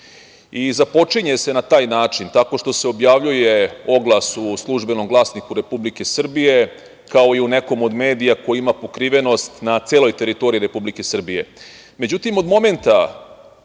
i započinje se na taj način tako što se objavljuje oglas u „Službenom glasniku Republike Srbije“, kao i u nekom od medija ko ima pokrivenost na celoj teritoriji Republike